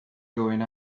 going